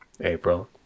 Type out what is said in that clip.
April